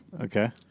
Okay